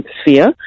sphere